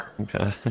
Okay